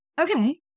okay